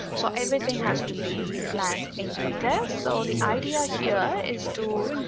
so everything has to be planned in detail. so the idea here is to